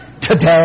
today